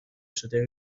شده